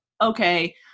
okay